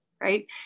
right